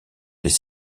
les